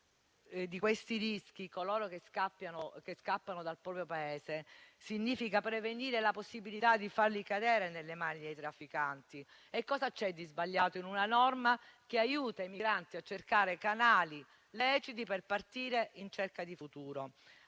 di questi rischi coloro che scappano dal proprio Paese significa prevenire la possibilità di farli cadere nelle mani dei trafficanti. Cosa c'è di sbagliato in una norma che aiuta i migranti a cercare canali leciti per partire in cerca di futuro?